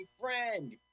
friend